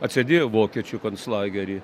atsėdėjo vokiečių konclagery